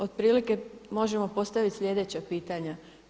Otprilike možemo postavit sljedeća pitanja.